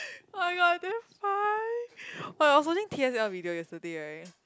[oh]-my-god damn fun while I was holding t_s_l video yesterday right